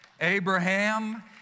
Abraham